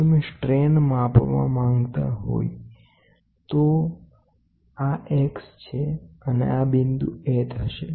જો તમે સ્ટ્રેન માપવા માગતા હોય તો તો આ X છે અને આ a બિંદુ આગળ થશે